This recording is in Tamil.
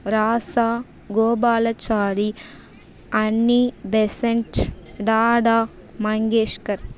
Rasa Gopalachari Annie Besant Tata Mangeshkar